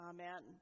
Amen